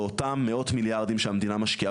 ואותם מאות מיליארדים שהמדינה משקיעה